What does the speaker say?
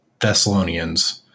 Thessalonians